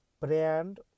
brand